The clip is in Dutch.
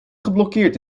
geblokkeerd